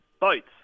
Boats